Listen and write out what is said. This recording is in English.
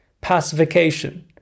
pacification